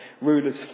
rulers